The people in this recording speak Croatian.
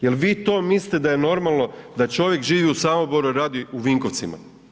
Jel vi to mislite da je normalno da čovjek živi u Samoboru i radi u Vinkovcima.